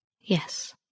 Yes